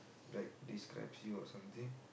like describes you or something